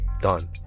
done